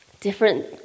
different